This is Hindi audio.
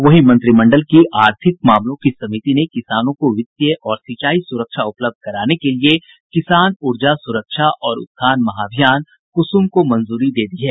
वहीं मंत्रिमंडल की आर्थिक मामलों की समिति ने किसानों को वित्तीय और सिंचाई सुरक्षा उपलब्ध कराने के लिए किसान ऊर्जा सुरक्षा और उत्थान महाभियान कुसुम को मंजूरी दे दी है